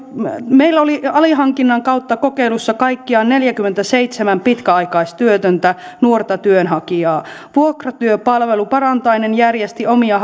meillä oli alihankinnan kautta kokeilussa kaikkiaan neljäkymmentäseitsemän pitkäaikaistyötöntä nuorta työnhakijaa vuokratyöpalvelu parantainen järjesti omia